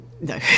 no